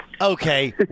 okay